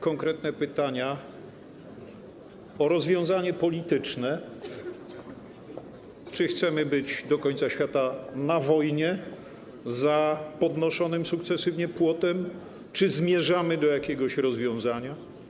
Konkretne pytania o rozwiązanie polityczne: Czy chcemy być do końca świata na wojnie za podnoszonym sukcesywnie płotem, czy zmierzamy do jakiegoś rozwiązania?